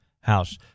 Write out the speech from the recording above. house